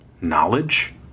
knowledge